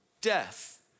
death